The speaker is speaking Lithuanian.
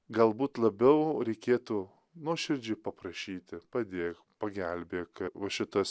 galbūt labiau reikėtų nuoširdžiai paprašyti padėk pagelbėk va šitas